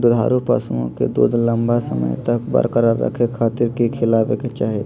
दुधारू पशुओं के दूध लंबा समय तक बरकरार रखे खातिर की खिलावे के चाही?